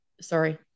sorry